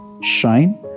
shine